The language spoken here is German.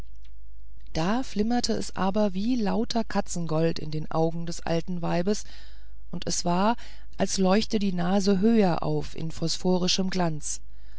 da flimmerte es aber wie lauter katzengold in den augen des alten weibes und es war als leuchte die nase höher auf in phosphorischem glanz